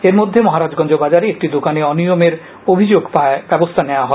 এরমধ্যে মহারাজগঞ্জ বাজারে একটি দোকানে অনিয়মের অভিযোগ পাওয়ায় ব্যবস্থা নেওয়া হয়